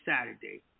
Saturday